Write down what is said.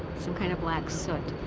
some kind of black soot.